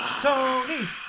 Tony